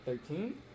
Thirteen